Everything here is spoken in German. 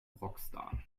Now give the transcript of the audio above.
rockstar